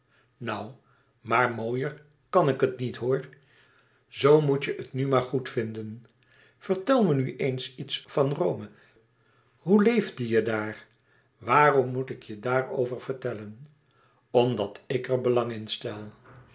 nou maar mooier kan ik het niet hoor zoo moet je het nu maar goed vinden vertel me nu eens iets van rome hoe leefde je daar waarom moet ik je daarover vertellen omdat ik er belang in stel